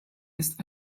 ist